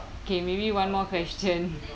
okay maybe one more question